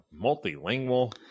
Multilingual